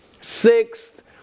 sixth